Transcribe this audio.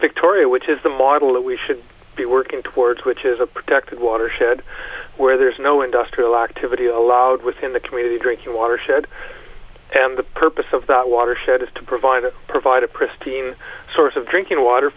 victoria which is the model that we should be working towards which is a protected watershed where there is no industrial activity allowed within the community drinking water shed and the purpose of that watershed is to provide to provide a pristine source of drinking water